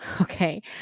Okay